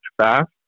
fast